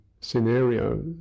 scenario